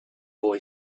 boy